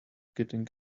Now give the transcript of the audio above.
getting